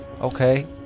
Okay